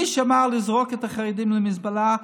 מי שאמר: לזרוק את החרדים למזבלה,